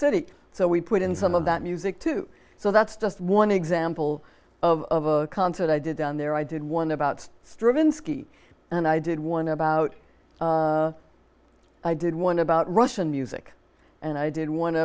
city so we put in some of that music too so that's just one example of a concert i did down there i did one about stravinsky and i did one about i did one about russian music and i did one